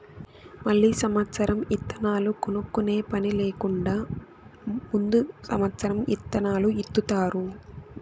మళ్ళీ సమత్సరం ఇత్తనాలు కొనుక్కునే పని లేకుండా ముందు సమత్సరం ఇత్తనాలు ఇత్తుతారు